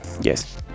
yes